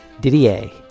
didier